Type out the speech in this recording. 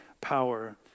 power